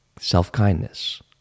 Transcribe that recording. self-kindness